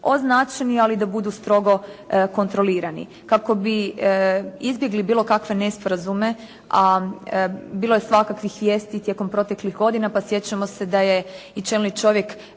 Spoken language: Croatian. označeni, ali da budu strogo kontrolirani kako bi izbjegli bilo kakve nesporazume, a bilo je svakakvih vijesti tijekom proteklih godina. Pa sjećamo se da je i čelni čovjek